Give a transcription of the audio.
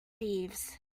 thieves